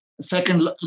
second